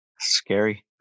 Scary